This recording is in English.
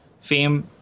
fame